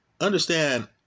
Understand